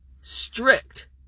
Strict